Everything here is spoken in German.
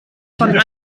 von